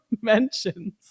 mentions